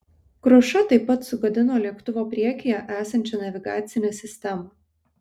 kruša taip pat sugadino lėktuvo priekyje esančią navigacinę sistemą